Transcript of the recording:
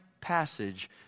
passage